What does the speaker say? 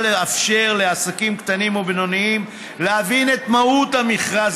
לאפשר לעסקים קטנים ובינוניים להבין את מהות המכרז,